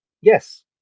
Yes